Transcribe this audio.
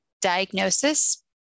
diagnosis